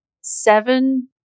seven